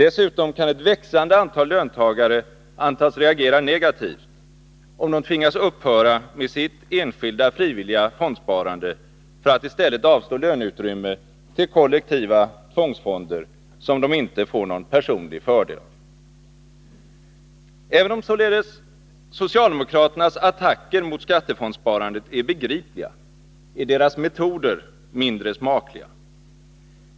Dessutom kan ett växande antal löntagare antas reagera negativt, om de tvingas upphöra med sitt enskilda frivilliga fondsparande för att i stället avstå löneutrymme till kollektiva tvångsfonder som de inte får någon personlig fördel av. Även om således socialdemokraternas attacker mot skattefondssparandet är begripliga, är deras metoder mindre smakliga.